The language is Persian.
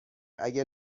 اگه